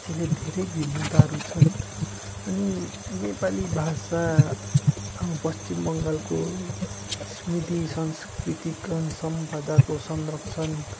त्यसले धेरै भिन्नताहरू छन् अनि नेपाली भाषा अब पश्चिम बङ्गालको स्मृति सांस्कृतिक सम्पदाको संरक्षण